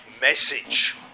message